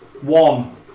One